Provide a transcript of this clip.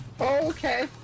Okay